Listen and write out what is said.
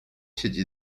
siedzi